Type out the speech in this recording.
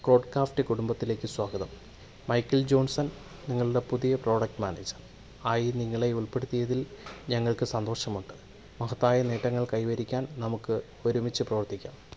കോഡ്ക്കാസ്റ്റ് കുടുമ്പത്തിലേക്ക് സ്വാഗതം Michael Johnson നിങ്ങളുടെ പുതിയ പ്രോഡക്റ്റ് മാനേജർ ആയി നിങ്ങളെ ഉൾപ്പെടുത്തിയതിൽ ഞങ്ങൾക്ക് സന്തോഷമുണ്ട് മഹത്തായ നേട്ടങ്ങൾ കൈവരിക്കാൻ നമുക്ക് ഒരുമിച്ച് പ്രവർത്തിക്കാം